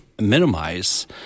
minimize